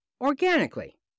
organically